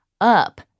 up